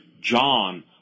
John